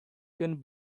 can